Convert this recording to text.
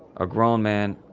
a grown man,